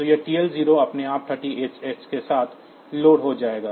तो यह TL0 अपने आप 38 h के साथ लोड हो जाएगा